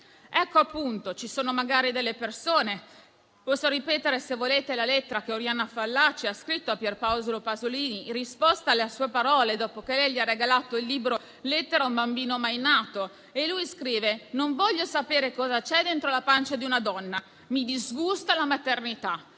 bambino? Ce lo vogliamo chiedere? Posso ripetere, se volete, la lettera che Oriana Fallaci ha scritto a Pierpaolo Pasolini, in cui riporta le sue parole dopo che lei gli ha regalato il libro «Lettera a un bambino mai nato». Lui scrive: «Non voglio sapere cosa v'è dentro la pancia di una donna. Mi disgusta la maternità».